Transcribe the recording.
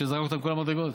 שזרק אותם מכל המדרגות?